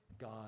God